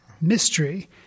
mystery